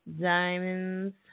Diamonds